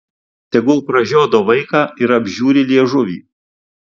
tegul pražiodo vaiką ir apžiūri liežuvį